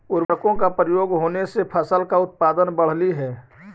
उर्वरकों का प्रयोग होने से फसल का उत्पादन बढ़लई हे